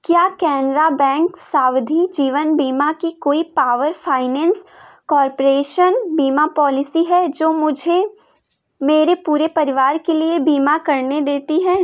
क्या कैनरा बैंक सावधि जीवन बीमा की कोई पावर फ़ाइनेंस कॉर्पोरेशन बीमा पॉलिसी है जो मुझे मेरे पूरे परिवार के लिए बीमा करने देती है